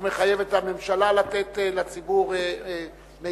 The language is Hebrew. הוא מחייב את הממשלה לתת לציבור מידע.